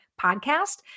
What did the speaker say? podcast